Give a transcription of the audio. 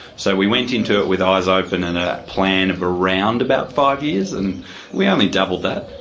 so we went into it with eyes open and a plan of around about five years, and we only doubled that.